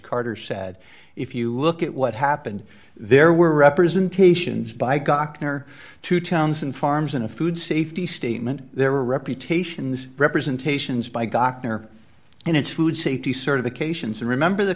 carter said if you look at what happened there were representations by gawker to towns and farms and a food safety statement there were reputations representations by gawker and its food safety certifications and remember the